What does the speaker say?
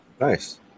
Nice